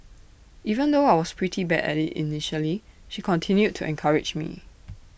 even though I was pretty bad at IT initially she continued to encourage me